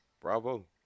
bravo